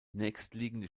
nächstliegende